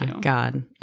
God